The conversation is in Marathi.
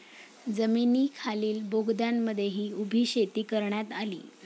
जमिनीखालील बोगद्यांमध्येही उभी शेती करण्यात आली